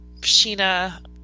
Sheena